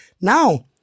now